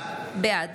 בעד